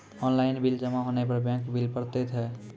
Online bill जमा होने पर बैंक बिल पड़तैत हैं?